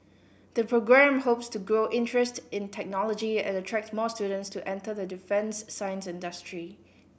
the programme hopes to grow interest in technology and attract more students to enter the defence science industry